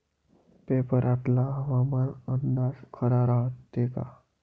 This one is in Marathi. पेपरातला हवामान अंदाज खरा रायते का?